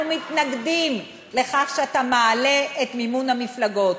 מתנגדים לכך שאתה מעלה את מימון המפלגות.